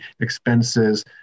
expenses